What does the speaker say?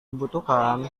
dibutuhkan